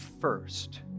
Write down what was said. first